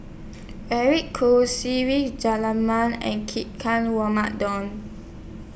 Eric Khoo Se Ve and